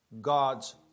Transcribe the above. God's